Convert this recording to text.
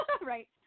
Right